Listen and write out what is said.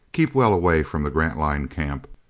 keep well away from the grantline camp.